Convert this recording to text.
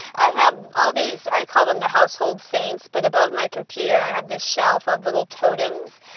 i have all these i call them the household saints, but above my computer i have this shelf of little totems,